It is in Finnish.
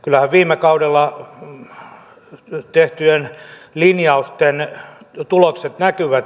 kyllähän viime kaudella tehtyjen linjausten tulokset näkyvät